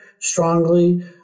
strongly